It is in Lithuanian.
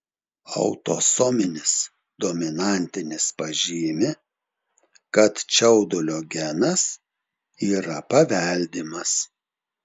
autosominis dominantinis pažymi kad čiaudulio genas yra paveldimas